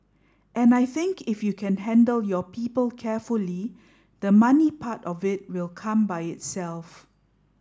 and I think if you can handle your people carefully the money part of it will come by itself